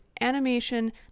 animation